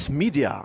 Media